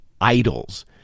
idols